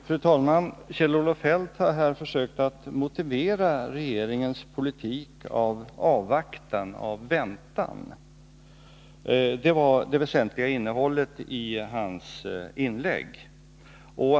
Fru talman! Kjell-Olof Feldt har försökt motivera regeringens politik av avvaktan, av väntan. Det var det väsentliga innehållet i hans inlägg.